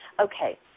Okay